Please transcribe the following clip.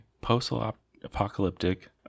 post-apocalyptic